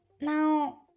Now